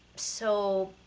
so